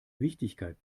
wichtigkeit